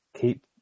keep